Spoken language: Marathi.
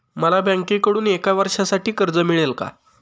मला बँकेकडून एका वर्षासाठी कर्ज मिळेल का?